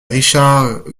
richard